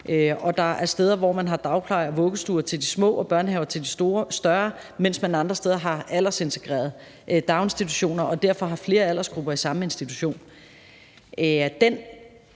og der er steder, hvor man har dagpleje og vuggestuer til de små og børnehaver til de større, mens man andre steder har aldersintegrerede daginstitutioner og derfor har flere aldersgrupper i samme institution.